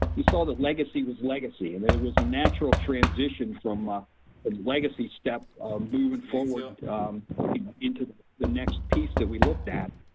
we saw that legacy was legacy and it it was a natural transition from the ah legacy step moving forward into the next piece that we looked at.